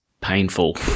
painful